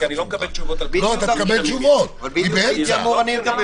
כל הכבוד על התוכנית, אבל המדיניות היא שגויה.